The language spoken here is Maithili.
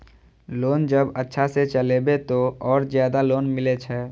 लोन जब अच्छा से चलेबे तो और ज्यादा लोन मिले छै?